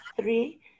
Three